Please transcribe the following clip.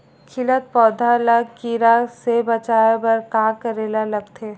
खिलत पौधा ल कीरा से बचाय बर का करेला लगथे?